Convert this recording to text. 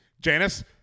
Janice